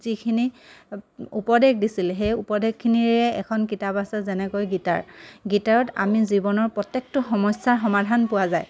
যিখিনি উপদেশ দিছিল সেই উপদেশখিনিৰে এখন কিতাপ আছে যেনেকৈ গীতা গীতাত আমি জীৱনৰ প্ৰত্যেকটো সমস্যাৰ সমাধান পোৱা যায়